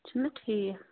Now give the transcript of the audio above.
چھُنا ٹھیٖک